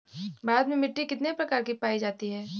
भारत में मिट्टी कितने प्रकार की पाई जाती हैं?